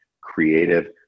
creative